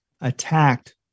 attacked